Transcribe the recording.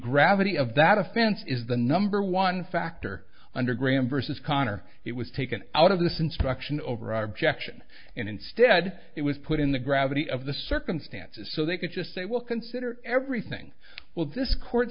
gravity of that offense is the number one factor under graham versus conner it was taken out of this instruction over objection and instead it was put in the gravity of the circumstances so they could just say well consider everything well this court